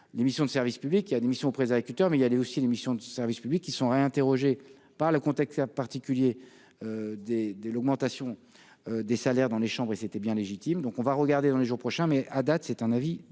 les missions de service public, qui a des missions près agriculteurs mais il y avait aussi des missions de service public, ils sont réinterrogé par le contexte particulier des, des, l'augmentation des salaires dans les chambres et c'était bien légitime, donc on va regarder dans les jours prochains, mais à date, c'est un avis défavorable